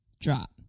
Drop